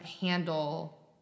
handle